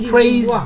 Praise